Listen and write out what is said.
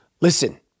Listen